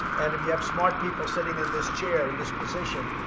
and if you have smart people sitting in this chair, in this position,